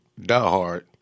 diehard